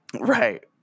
Right